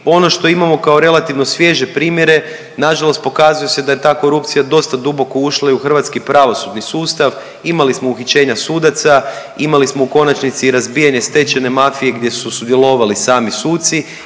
ono što imamo kao relativno svježe primjere nažalost pokazuje se da je ta korupcija dosta duboko ušla i u hrvatski pravosudni sustav. Imali smo uhićenja sudaca, imali smo u konačnici i razbijanje stečena mafije gdje su sudjelovali sami suci